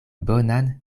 bonan